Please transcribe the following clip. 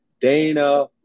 Dana